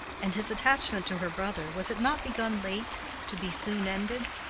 and his attachment to her brother, was it not begun late to be soon ended?